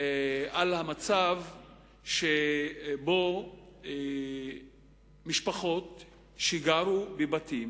על מצב שבו משפחות גרו בבתים